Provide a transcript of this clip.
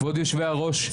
כבוד יושב-הראש,